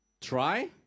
try